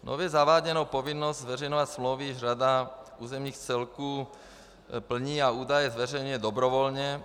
Nově zaváděnou povinnost zveřejňovat smlouvy již řada územních celků plní a údaje zveřejňuje dobrovolně.